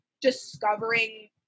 discovering